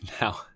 now